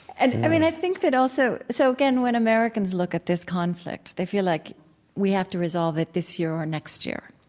and i mean, i think that also so, again, when americans look at this conflict, they feel like we have to resolve it this year or next year.